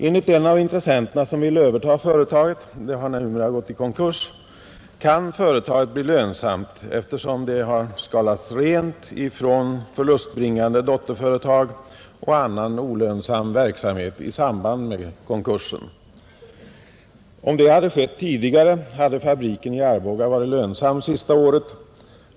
Enligt den av intressenterna som ville överta företaget — det har nämligen gått i konkurs — kan företaget bli lönsamt, eftersom det i samband med konkursen skalats rent från förlustbringande dotterföretag och annan olönsam verksamhet. Om det skett tidigare hade fabriken i Arboga varit lönsam senaste året.